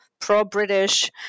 pro-British